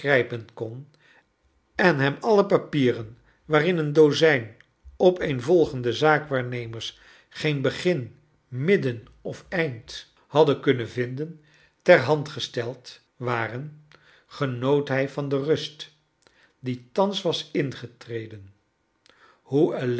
kon en hem alle papieren waarin een dozijn opccnvolgende zaakwvarnomers geen begin midden of eind hadden kunnen vindcn ter hand gestcld waren genoot hij van de rust die thans was ingetreden hoe